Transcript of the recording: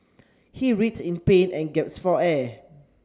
he writhed in pain and gasped for air